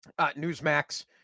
Newsmax